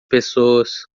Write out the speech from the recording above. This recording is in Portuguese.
pessoas